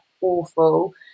awful